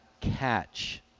catch